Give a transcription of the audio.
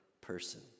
person